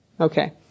Okay